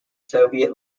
soviet